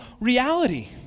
reality